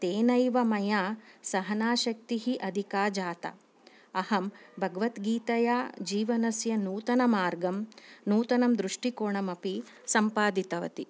तेनैव मया सहनाशक्तिः अधिका जाता अहं भगवद्गीतया जीवनस्य नूतमार्गं नूतनं दृष्टिकोणमपि सम्पादितवती